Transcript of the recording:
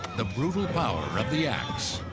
the brutal power of the axe.